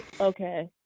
Okay